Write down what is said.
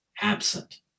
absent